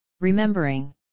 remembering